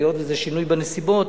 היות שזה שינוי בנסיבות,